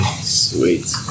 Sweet